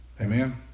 Amen